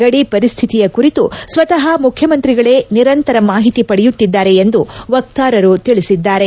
ಗಡಿ ಪರಿಸ್ಠಿತಿಯ ಕುರಿತು ಸ್ವಕಃ ಮುಖ್ಯಮಂತ್ರಿಗಳೇ ನಿರಂತರ ಮಾಹಿತಿ ಪಡೆಯುತ್ತಿದ್ದಾರೆ ಎಂದು ವಕ್ತಾರರು ತಿಳಿಸಿದ್ದಾರೆ